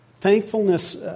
Thankfulness